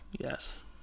yes